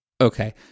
Okay